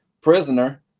prisoner